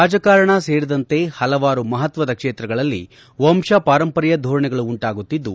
ರಾಜಕಾರಣ ಸೇರಿದಂತೆ ಹಲವಾರು ಮಹತ್ವದ ಕ್ಷೇತ್ರಗಳಲ್ಲಿ ವಂಶ ಪಾರಂಪರ್ಕ ಧೋರಣೆಗಳು ಉಂಟಾಗುತ್ತಿದ್ದು